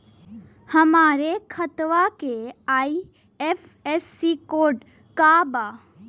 हमरे खतवा के आई.एफ.एस.सी कोड का बा?